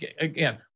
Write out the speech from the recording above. again